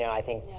i think,